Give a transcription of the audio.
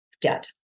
debt